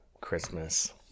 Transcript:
Christmas